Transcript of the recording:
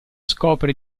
scopre